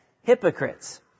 hypocrites